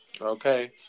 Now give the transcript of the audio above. Okay